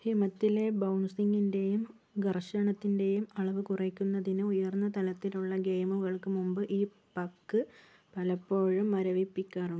ഹിമത്തിലെ ബൗൻസിങിൻ്റെയും ഗർഷണത്തിൻ്റെയും അളവ് കുറയ്ക്കുന്നതിന് ഉയർന്ന തലത്തിലുള്ള ഗെയിമുകൾക്ക് മുൻപ് ഈ പക്ക് പലപ്പോഴും മരവിപ്പിക്കാറുണ്ട്